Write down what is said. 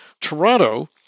Toronto